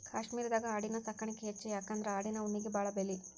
ಕಾಶ್ಮೇರದಾಗ ಆಡಿನ ಸಾಕಾಣಿಕೆ ಹೆಚ್ಚ ಯಾಕಂದ್ರ ಆಡಿನ ಉಣ್ಣಿಗೆ ಬಾಳ ಬೆಲಿ